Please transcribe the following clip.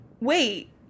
wait